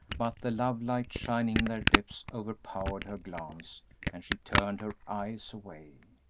but the love-light shining in their depths overpowered her glance and she turned her eyes away.